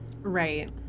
Right